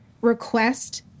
request